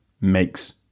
makes